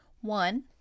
one